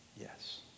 yes